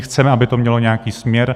Chceme, aby to mělo nějaký směr.